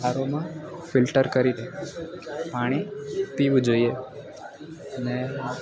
આરોમાં filter કરીને પાણી પીવું જોઈએ અને